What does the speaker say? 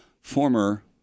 former